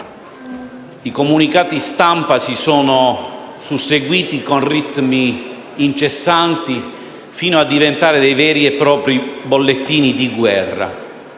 i comunicati stampa si sono susseguiti con ritmo incessante, fino a diventare veri e propri bollettini di guerra,